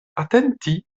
atenti